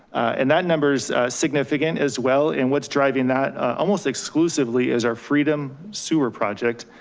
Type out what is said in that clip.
and that number is significant as well in what's driving that almost exclusively is our freedom sewer project.